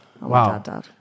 Wow